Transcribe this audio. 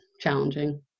challenging